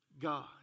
God